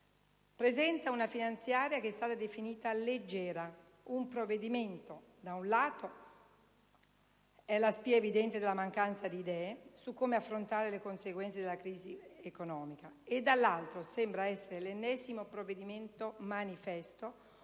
Presenta una finanziaria che è stata definita leggera, un provvedimento che da un lato è la spia evidente della mancanza di idee su come affrontare le conseguenze della crisi economica e dall'altro sembra essere l'ennesimo provvedimento-manifesto